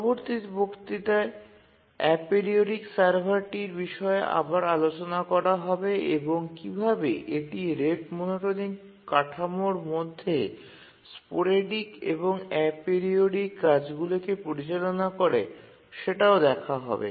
পরবর্তী বক্তৃতায় অ্যাপিওরিওডিক সার্ভারটির বিষয়ে আবার আলোচনা করা হবে এবং কীভাবে এটি রেট মনোটোনিক কাঠামোর মধ্যে স্পোরেডিক এবং অ্যাপোরিওডিক কাজগুলিকে পরিচালনা করে সেটাও দেখা হবে